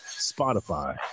Spotify